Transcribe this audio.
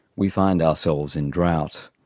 we find ourselves in drought.